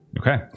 Okay